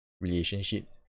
relationships